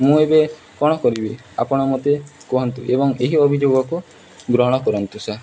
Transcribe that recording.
ମୁଁ ଏବେ କ'ଣ କରିବି ଆପଣ ମୋତେ କୁହନ୍ତୁ ଏବଂ ଏହି ଅଭିଯୋଗକୁ ଗ୍ରହଣ କରନ୍ତୁ ସାର୍